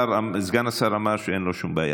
סגן השר אמר שאין לו שום בעיה.